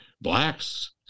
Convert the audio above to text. Blacks